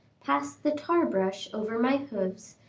passed the tar-brush over my hoofs,